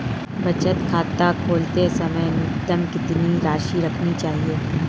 बचत खाता खोलते समय न्यूनतम कितनी राशि रखनी चाहिए?